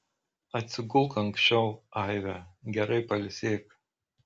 atsigulk anksčiau aive gerai pailsėk